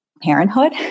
parenthood